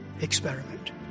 experiment